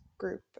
Group